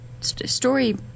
story